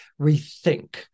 rethink